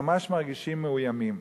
הם ממש מרגישים מאוימים.